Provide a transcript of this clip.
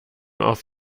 auf